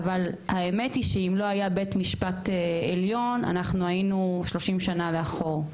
אבל האמת היא שאם לא היה בית משפט עליון אנחנו היינו 30 שנה לאחור.